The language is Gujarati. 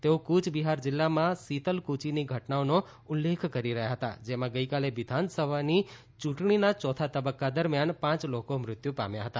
તેઓ કૂચબિહાર જિલ્લામાં સીતલકુચીની ઘટનાઓનો ઉલ્લેખ કરી રહ્યા હતા જેમાં ગઈકાલે વિધાનસભાની યૂંટણીના ચોથા તબક્કા દરમિયાન પાંચ લોકો મૃત્યુ પામ્યા હતા